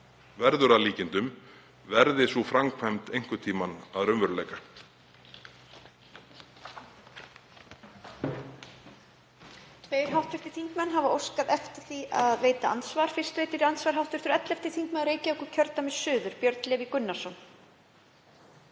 verður að líkindum, verði sú framkvæmd einhvern tímann að raunveruleika.